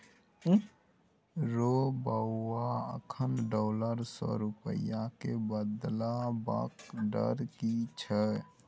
रौ बौआ अखन डॉलर सँ रूपिया केँ बदलबाक दर की छै?